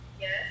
Yes